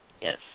Yes